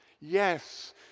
yes